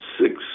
six